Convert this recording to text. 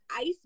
ice